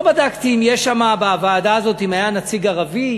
לא בדקתי אם יש שם בוועדה הזו, האם היה נציג ערבי?